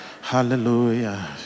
Hallelujah